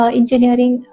engineering